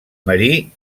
marí